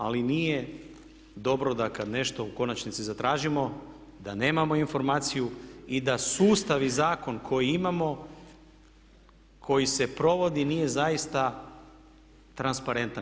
Ali nije dobro da kad nešto u konačnici zatražimo da nemamo informaciju i da sustav i zakon koji imamo, koji se provodi nije zaista transparentan.